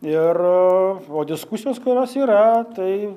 ir o diskusijos kurios yra tai